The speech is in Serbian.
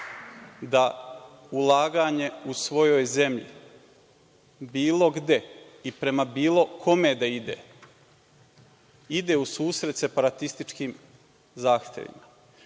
da ulaganje u svojoj zemlji, bilo gde i prema bilo kome da ide, ide u susret separatističkim zahtevima,